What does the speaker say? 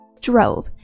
drove